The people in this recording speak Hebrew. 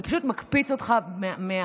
זה פשוט מקפיץ אותך מהליבה,